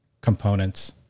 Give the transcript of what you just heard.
components